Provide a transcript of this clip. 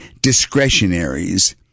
discretionaries